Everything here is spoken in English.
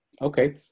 Okay